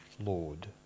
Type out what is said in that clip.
Lord